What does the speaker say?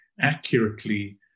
accurately